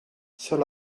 seul